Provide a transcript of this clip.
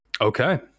Okay